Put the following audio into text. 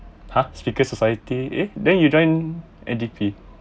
!huh! speakers's society eh then you join N_D_P